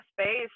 space